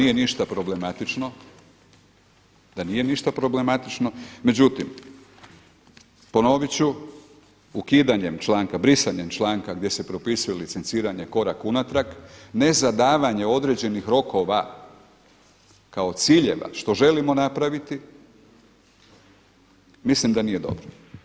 Vjerujem da to nije ništa problematično, međutim ponovit ću ukidanjem članka, brisanjem članka gdje se propisuje licenciranje korak unatrag, ne zadavanje određenih rokova kao ciljeva što želimo napraviti mislim da nije dobro.